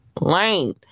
Lane